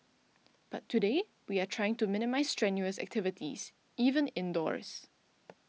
but today we are trying to minimise strenuous activities even indoors